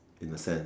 in the sense